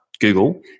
Google